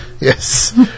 yes